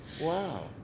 Wow